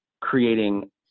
creating